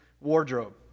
wardrobe